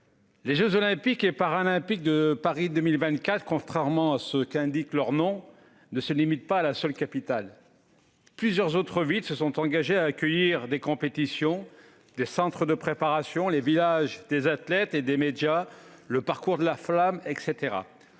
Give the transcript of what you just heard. les jeux Olympiques et Paralympiques de Paris 2024 ne se limitent pas à la seule capitale. Plusieurs autres villes se sont engagées à accueillir des compétitions, des centres de préparation, les villages des athlètes et des médias ou encore le parcours de la flamme.